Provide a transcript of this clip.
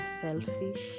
selfish